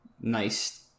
nice